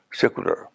secular